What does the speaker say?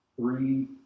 three